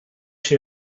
się